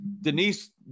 Denise